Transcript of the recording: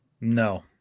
no